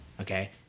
okay